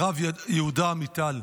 הרב יהודה עמיטל,